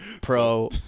pro